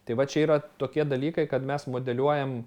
tai va čia yra tokie dalykai kad mes modeliuojam